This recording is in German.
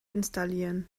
installieren